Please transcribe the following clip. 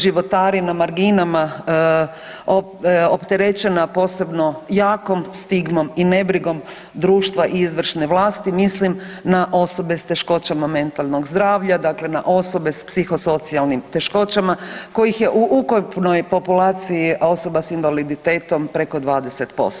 Životari na marginama opterećena posebno jakom stigmom i nebrigom društva i izvršne vlasti, mislim na osobe s teškoćama mentalnog zdravlja, dakle na osobe s psihosocijalnim teškoćama kojih je u ukupnoj populaciji osoba s invaliditetom preko 20%